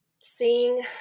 seeing